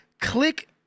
Click